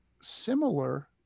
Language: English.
similar